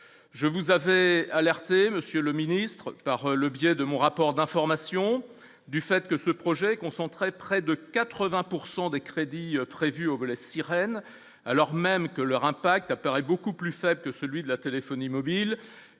je vous avais alerté monsieur le ministre, par le biais de mon rapport d'informations du fait que ce projet concentré près de 80 pourcent des crédits prévus au volet sirène alors même que leur impact apparaît beaucoup plus faible que celui de la téléphonie mobile,